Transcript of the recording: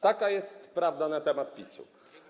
Taka jest prawda na temat PiS.